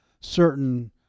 certain